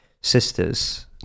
sisters